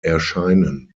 erscheinen